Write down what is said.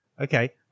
okay